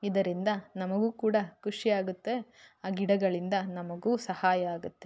ಇದರಿಂದ ನಮಗೂ ಕೂಡ ಖುಷಿ ಆಗತ್ತೆ ಆ ಗಿಡಗಳಿಂದ ನಮಗೂ ಸಹಾಯ ಆಗತ್ತೆ